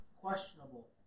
questionable